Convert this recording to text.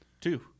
Two